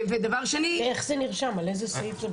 איך זה נרשם, על איזה סעיף?